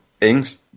Ings